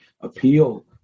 appeal